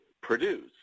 produce